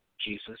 Jesus